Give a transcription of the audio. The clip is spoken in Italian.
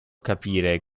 capire